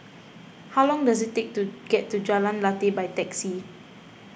how long does it take to get to Jalan Lateh by taxi